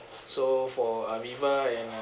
so for aviva and uh